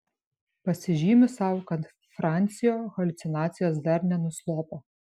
pasižymiu sau kad francio haliucinacijos dar nenuslopo